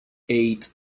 eight